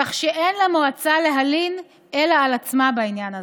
כך שאין למועצה להלין אלא על עצמה בעניין הזה.